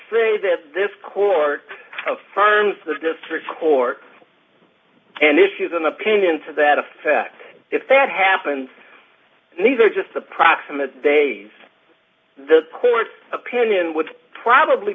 say that this court affirmed the district court and issues an opinion to that effect if that happens these are just approximate days the court's opinion would probably